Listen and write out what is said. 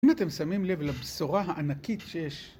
אם אתם שמים לב לבשורה הענקית שיש